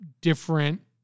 different